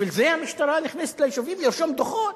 בשביל זה המשטרה נכנסת ליישובים, לרשום דוחות?